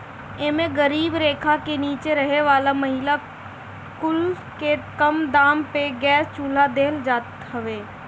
एमे गरीबी रेखा के नीचे रहे वाला महिला कुल के कम दाम पे गैस चुल्हा देहल जात हवे